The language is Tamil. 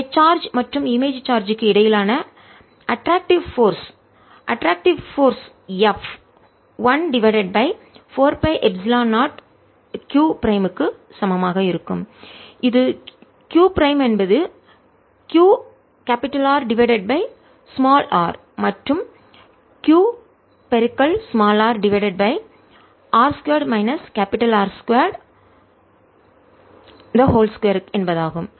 எனவே சார்ஜ் மற்றும் இமேஜ் சார்ஜ் ற்கு இடையிலான அட்ட்ரக்ட்டிவ் போர்ஸ் ஈர்ப்பு விசை அட்ட்ரக்ட்டிவ் போர்ஸ் ஈர்ப்பு விசை F 1 divided by 4 pi epsilon 0 q prime க்கு சமமாக இருக்கும் இது q ப்ரைம் என்பது q R divided by r மற்றும் qr divided by r 2 minus R 2 2 என்பதாகும்